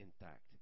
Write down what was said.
intact